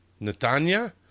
Netanya